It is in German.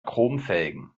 chromfelgen